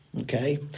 Okay